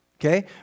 Okay